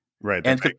Right